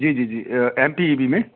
जी जी जी M T V में में